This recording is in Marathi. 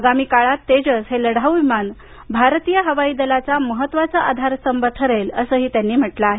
आगामी काळात तेजस हे लढाऊ विमान भारतीय हवाई दलाचा महत्त्वाचा आधारस्तंभ ठरेल असं त्यांनी म्हटलं आहे